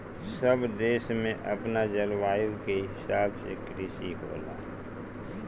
सब देश में अपना जलवायु के हिसाब से कृषि होला